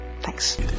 Thanks